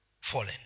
fallen